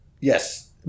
Yes